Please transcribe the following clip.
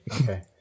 Okay